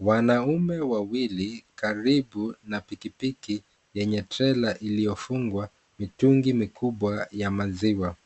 Wanaume wawili karibu na piki piki yenye trela iliyofungwa mitungi mikubwa ya maziwa,